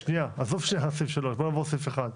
עזוב לרגע את (3), בואו נעבור ל-(1).